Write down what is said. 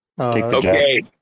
Okay